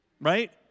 right